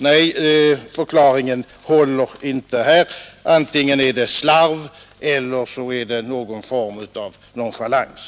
Nej, förklaringen håller inte här. Antingen är det slarv eller en form av 21 nonchalans.